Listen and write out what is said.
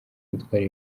gutwara